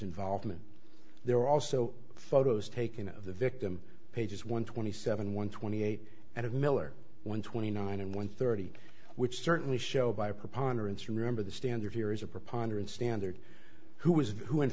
involvement there are also photos taken of the victim pages one twenty seven one twenty eight and of miller one twenty nine and one thirty which certainly show by a preponderance remember the standard here is a preponderance standard who was who in